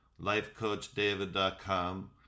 lifecoachdavid.com